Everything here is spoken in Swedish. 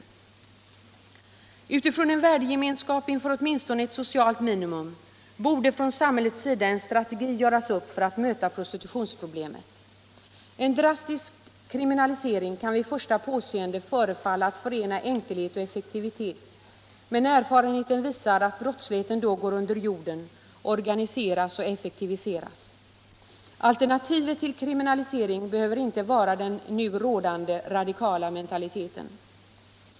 Med utgåne från en värdegemenskap när det giller åtminstone ett socialt minimum borde från samhällets sida en strategi göras upp för att möta prostitutionsproblemet. En drastisk kriminalisering kan vid första påseende förefalla att förena enkelhet och effektivitet, men erfarenheten visar att brottsligheten då går under jorden. organiseras och effektiviseras. Alternativet till kriminalisering behöver inte vara den nu rådande radikala mentaliteten.